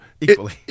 Equally